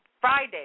Friday